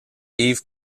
eve